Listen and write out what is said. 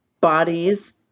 bodies